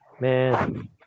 Man